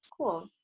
cool